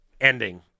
ending